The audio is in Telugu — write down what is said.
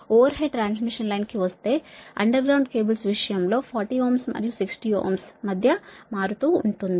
ఓవర్ హెడ్ ట్రాన్స్మిషన్ లైన్ కి వస్తే భూగర్భఅండర్ గ్రౌండ్ కేబుల్స్ విషయంలో 40Ω మరియు 60Ω ల మధ్య మారుతూ ఉంటుంది